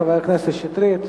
חבר הכנסת שטרית,